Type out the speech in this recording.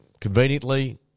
conveniently